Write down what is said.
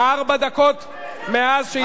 ארבע דקות מאז התחלת ההצבעה.